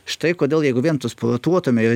štai kodėl jeigu vien tu sportuotumei